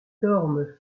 dorment